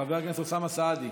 חבר הכנסת אוסאמה סעדי,